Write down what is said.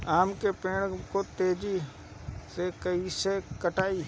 आम के पेड़ को तेजी से कईसे बढ़ाई?